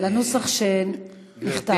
לנוסח שנכתב.